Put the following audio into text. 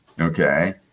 Okay